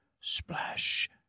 splash